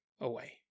away